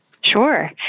Sure